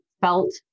felt